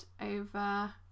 over